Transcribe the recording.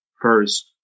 first